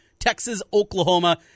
Texas-Oklahoma